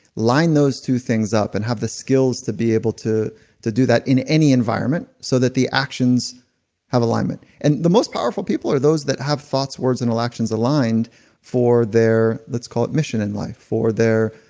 line those two things up and have the skills to be able to to do that in any environment so that the actions have alignment and the most powerful people are those that have thoughts, words, and um actions aligned for their, let's call it, mission in life. for their,